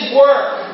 work